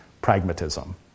pragmatism